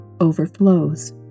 overflows